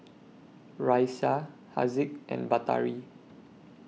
Raisya Haziq and Batari